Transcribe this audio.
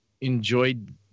enjoyed